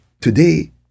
today